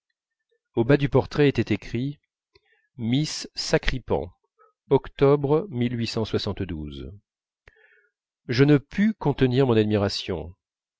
au bas du portrait était écrit miss sacripant octobre je ne pus contenir mon admiration